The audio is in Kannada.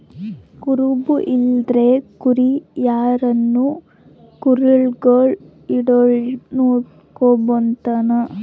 ಕುರುಬ ಇಲ್ಲಂದ್ರ ಕುರಿ ಕಾಯೋನು ಕುರಿಗುಳ್ ಹಿಂಡುಗುಳ್ನ ನೋಡಿಕೆಂಬತಾನ